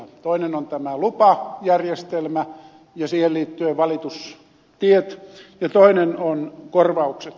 toinen on tämä lupajärjestelmä ja siihen liittyen valitustiet ja toinen on korvaukset